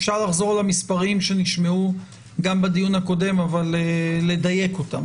אפשר לחזור על המספרים שנשמעו גם בדיון הקודם אבל לדייק אותם.